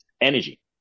energy